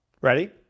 Ready